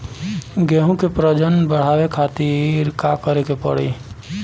गेहूं के प्रजनन बढ़ावे खातिर का करे के पड़ी?